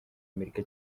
amerika